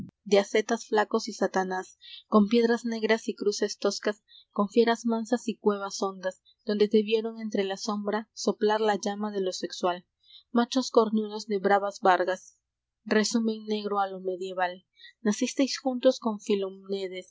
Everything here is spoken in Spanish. de ascetas flacos y satanás con piedras negras y cruces toscas con fieras mansas y cuevas hondas donde te vieron entre la sombra soplar la llama de lo sexual machos cornudos de bravas barbas resumen negro a lo medieval l i